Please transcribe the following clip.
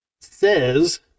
says